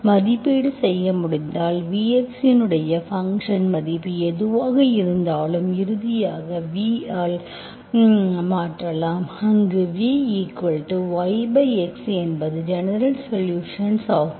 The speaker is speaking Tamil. மதிப்பீடு செய்ய முடிந்தால் vx இன் ஃபங்க்ஷன் மதிப்பு எதுவாக இருந்தாலும் இறுதியாக v ஆல் மாற்றலாம் அங்கு vyx என்பது ஜெனரல்சொலுஷன்ஸ் ஆகும்